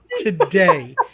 today